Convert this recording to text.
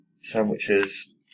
sandwiches